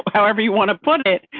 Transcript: however, you want to put it,